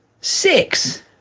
Six